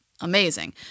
amazing